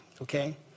okay